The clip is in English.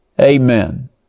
Amen